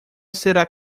será